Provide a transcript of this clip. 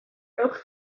ewch